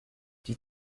die